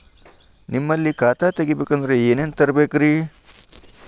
ನಿಮ್ಮಲ್ಲಿ ಖಾತಾ ತೆಗಿಬೇಕಂದ್ರ ಏನೇನ ತರಬೇಕ್ರಿ?